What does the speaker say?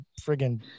friggin